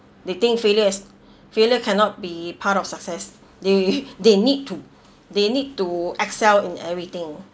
they think failure is failure cannot be part of success they they need to they need to excel in everything